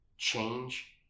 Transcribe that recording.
change